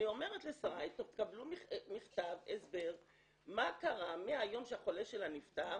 אני אומרת לשרי "תקבלו מכתב הסבר מה קרה מהיום שהחולה שלה נפטר